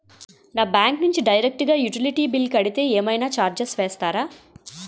నా బ్యాంక్ నుంచి డైరెక్ట్ గా యుటిలిటీ బిల్ కడితే ఏమైనా చార్జెస్ వేస్తారా?